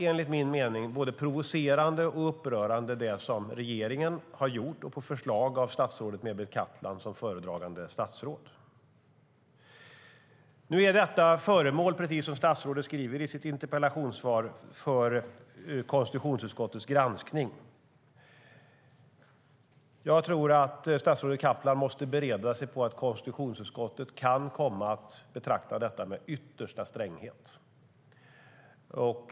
Enligt min mening är det som regeringen har gjort på förslag av föredragande statsrådet Mehmet Kaplan både provocerande och upprörande. Precis som statsrådet säger i sitt interpellationssvar är detta föremål för konstitutionsutskottets granskning. Jag tror att statsrådet Kaplan måste förbereda sig på att konstitutionsutskottet kan komma att betrakta detta med yttersta stränghet.